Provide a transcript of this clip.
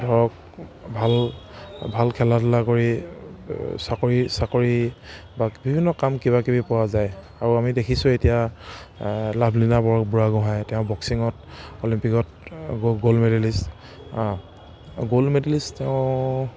ধৰক ভাল ভাল খেলা ধূলা কৰি চাকৰি চাকৰি বা বিভিন্ন কাম কিবাকিবি পোৱা যায় আৰু আমি দেখিছোঁ এতিয়া লাভলীনা বৰ বুঢ়াগোঁহাই তেওঁ বক্সিঙত অলিম্পিকত গ গ'ল্ড মেডেলিষ্ট গ'ল্ড মেডেলিষ্ট তেওঁ